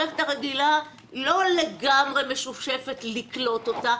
רק שהמערכת הרגילה לא לגמרי משופשפת לקלוט אותם.